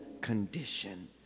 condition